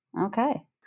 Okay